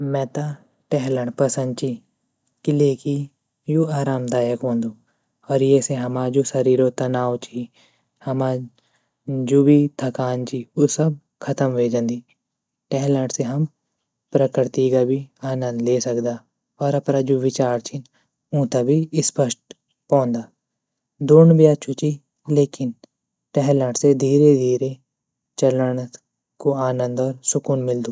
मेता टहलण पसंद ची क़िले की यू आरामदायक वंदु और ये से हमा जू शरीरों तनाओ ची, हमा जू भी थकान ची उ सब खतम वे जंदी टहलण से हम प्रकर्ती ग भी आनंद ल्ये सकदा और अपरा जू विचार छीन ऊँता भी स्पष्ट पोंदा दोण भी अछु ची लेकिन टहलण से धीरे धीरे चलण कु आनंद और सुकून मीलदू।